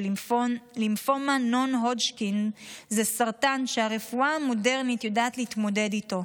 שלימפומה non-Hodgkin זה סרטן שהרפואה המודרנית יודעת להתמודד איתו,